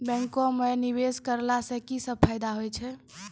बैंको माई निवेश कराला से की सब फ़ायदा हो छै?